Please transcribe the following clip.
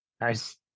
Nice